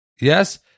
Yes